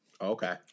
Okay